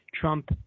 Trump